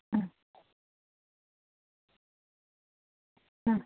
ആ ആ